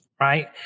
right